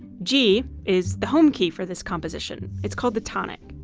g is the home key for this composition it's called the tonic.